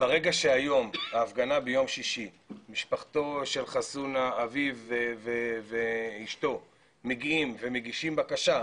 ברגע שמשפחתו של חסונה אביו ואשתו מגישים בקשה,